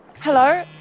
Hello